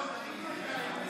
אלון, תגידו את אמת לציבור.